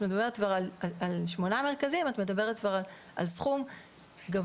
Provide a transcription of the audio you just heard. אם את מדברת על שמונה מרכזים את מדברת כבר על סכום גבוה,